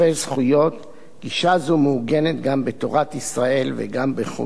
גישה זו מעוגנת גם בתורת ישראל וגם בחוקי המדינה".